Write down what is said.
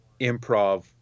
improv